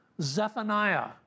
Zephaniah